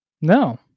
No